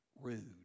rude